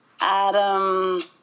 Adam